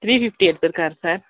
three fifty எடுத்துருக்கார் sir